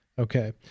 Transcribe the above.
Okay